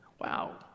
Wow